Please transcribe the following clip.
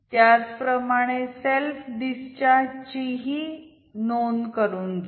त्याचप्रमाणे सेल्फ डिस्चार्जचीही नोंद करून घ्या